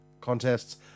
contests